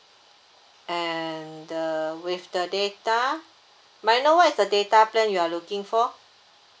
and the with the data may I know what is the data plan you're looking for